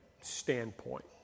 standpoint